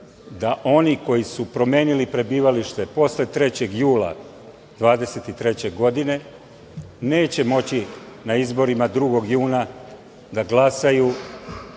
da oni koji su promenili prebivalište posle 3. jula 2023. godine neće moći na izborima 2. juna 2024.